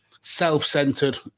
self-centered